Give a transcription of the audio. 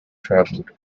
travelled